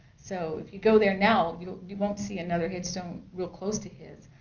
so if you go there now you you won't see another headstone real close to his.